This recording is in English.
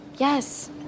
Yes